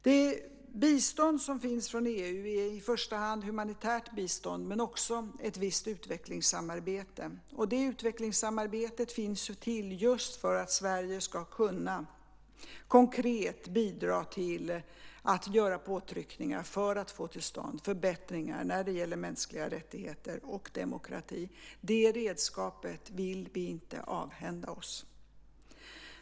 Det bistånd som finns från EU gäller i första hand humanitärt bistånd men också ett visst utvecklingssamarbete. Det utvecklingssamarbetet finns till just för att Sverige ska kunna bidra konkret till att utöva påtryckningar för att få till stånd förbättringar när det gäller mänskliga rättigheter och demokrati. Det redskapet vill vi inte avhända oss.